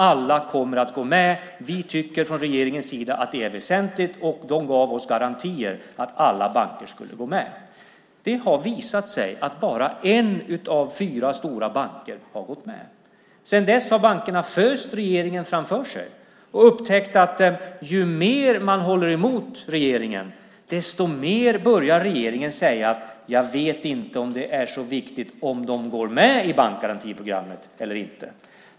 Alla kommer att gå med. Vi i regeringen tycker att det är väsentligt, och de gav oss garantier för att alla banker skulle gå med. Det har visat sig att bara en av fyra stora banker har gått med. Sedan dess har bankerna föst regeringen framför sig och upptäckt att ju mer man håller emot regeringen, desto mer börjar regeringen säga att man inte vet om det är så viktigt att de går med i bankgarantiprogrammet.